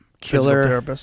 killer